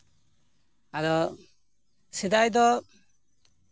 ᱟᱫᱚ ᱥᱮᱫᱟᱭ ᱫᱚ